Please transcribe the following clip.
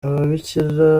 ababikira